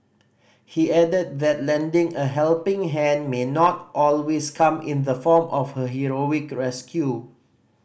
he added that lending a helping hand may not always come in the form of a heroic rescue